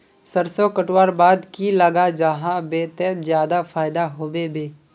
सरसों कटवार बाद की लगा जाहा बे ते ज्यादा फायदा होबे बे?